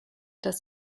das